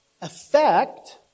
effect